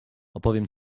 opowiem